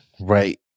Right